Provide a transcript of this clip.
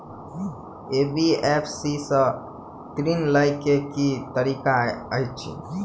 NBFC सँ ऋण लय केँ की तरीका अछि?